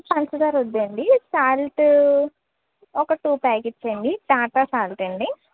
పంచదార వద్దండి సాల్టు ఒక టూ ప్యాకెట్స్ అండి టాటా సాల్ట్ అండి